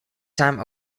time